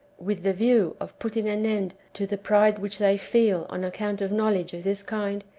with the view of putting an end to the pride which they feel on account of knowledge of this kind,